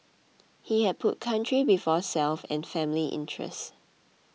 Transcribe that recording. he had put country before self and family interest